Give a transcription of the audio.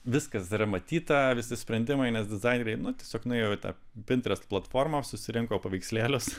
viskas yra matyta visi sprendimai nes dizaineriai tiesiog nuėjo į tą pintrest platformą susirinko paveikslėlius